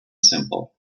simple